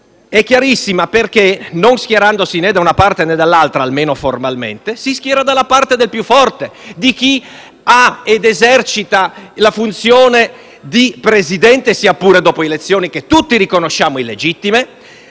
È chiarissima perché, non schierandosi né da una parte né dall'altra, almeno formalmente, si schiera dalla parte del più forte, di chi ha ed esercita la funzione di Presidente, sia pure dopo elezioni che tutti riconosciamo illegittime,